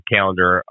calendar